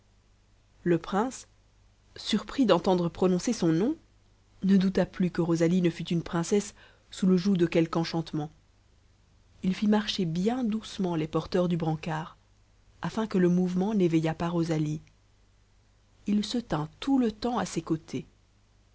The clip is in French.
le prince surpris d'entendre prononcer son nom ne douta plus que rosalie ne fut une princesse sous le joug de quelque enchantement il fit marcher bien doucement les porteurs du brancard afin que le mouvement n'éveillât pas rosalie il se tint tout le temps à ses côtés